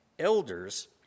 Elders